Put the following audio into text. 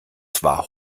zwar